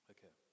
Okay